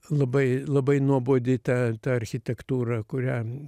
labai labai nuobodi ta architektūra kurią